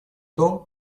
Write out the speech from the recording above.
том